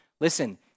Listen